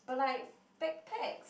but like backpacks